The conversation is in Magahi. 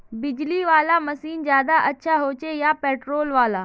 बिजली वाला मशीन ज्यादा अच्छा होचे या पेट्रोल वाला?